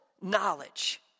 knowledge